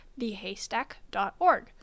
thehaystack.org